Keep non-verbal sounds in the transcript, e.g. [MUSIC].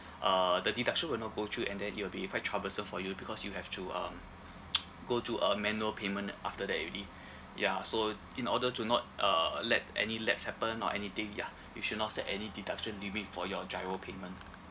uh the deduction will not go through and then it'll be quite troublesome for you because you have to um [NOISE] go to a manual payment after that already [BREATH] ya so in order to not uh let any lapse happen or anything ya you should not set any deduction limit for your GIRO payment